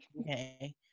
okay